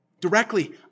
directly